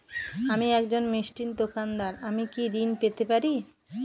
আমি একজন মিষ্টির দোকাদার আমি কি ঋণ পেতে পারি?